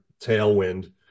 tailwind